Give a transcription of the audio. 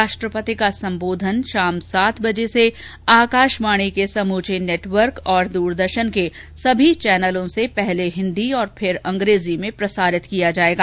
राष्ट्रपति का संबोधन शाम सात बजे से आकाशवाणी के समूचे नेटवर्क और द्रदर्शन के सभी चैनलों से पहले हिन्दी और फिर अंग्रेजी में प्रसारित किया जाएगा